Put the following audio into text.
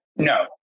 No